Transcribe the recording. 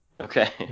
okay